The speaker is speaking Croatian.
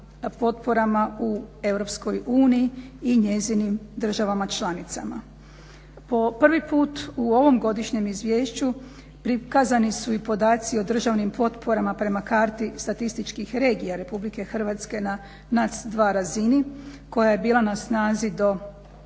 potporama u EU i njezinim državama članicama. Po prvi put u ovom godišnjem izvješću prikazani su i podaci o državnim potporama prema karti statističkih regija RH na NAC dva razini koja je bila na snazi do